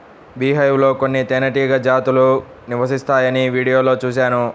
beehive లో కొన్ని తేనెటీగ జాతులు నివసిస్తాయని వీడియోలో చూశాను